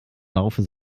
laufe